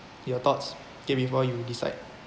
your thoughts okay before you decide